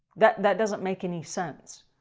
that that doesn't make any sense.